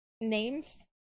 names